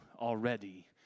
already